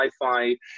Wi-Fi